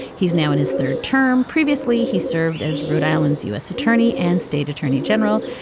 he's now in his third term. previously he served as rhode island's u s. attorney and state attorney general.